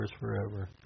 forever